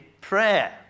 prayer